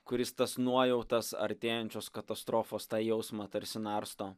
kuris tas nuojautas artėjančios katastrofos tą jausmą tarsi narsto